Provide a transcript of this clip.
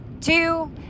two